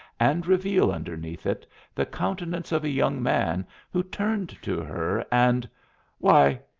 and reveal underneath it the countenance of a young man who turned to her, and why,